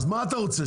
אז מה אתה רוצה?